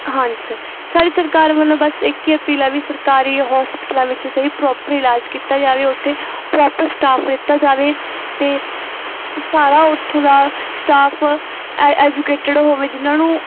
ਹਾਂਜੀ ਸਰ ਸਾਡੀ ਸਰਕਾਰ ਵੱਲੋਂ ਬਸ ਇੱਕ ਹੀ ਅਪੀਲ ਆ ਵੀ ਸਰਕਾਰੀ ਹੋਸਪਿਟਲਾਂ ਵਿੱਚ ਸਹੀ ਪ੍ਰੋਪਰ ਇਲਾਜ ਕੀਤਾ ਜਾਵੇ ਉੱਥੇ ਪ੍ਰੋਪਰ ਸਟਾਫ ਦਿੱਤਾ ਜਾਵੇ ਅਤੇ ਸਾਰਾ ਉੱਥੋਂ ਦਾ ਸਟਾਫ ਐ ਹੈ ਐਜੂਕੇਟਡ ਹੋਵੇ ਜਿਨ੍ਹਾਂ ਨੂੰ